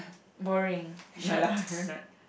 boring no lah you're not